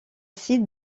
cite